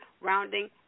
rounding